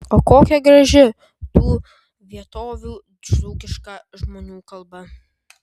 o kokia graži tų vietovių dzūkiška žmonių kalba